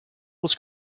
was